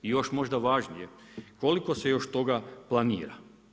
I još možda važnije, koliko se još toga planira?